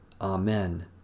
Amen